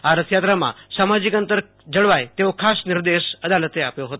આ રથયાત્રામાં સામાજીક અંતર ખાસ જળવાય તેવો નિર્દેશ અદાલતે આપ્યો હતો